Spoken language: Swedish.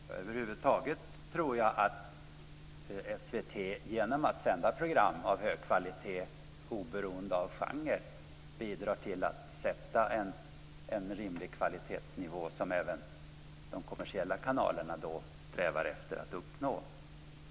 Fru talman! Över huvud taget tror jag att SVT genom att sända program av hög kvalitet, oberoende av genre, bidrar till att sätta en rimlig kvalitetsnivå som även de kommersiella kanalerna strävar efter att uppnå.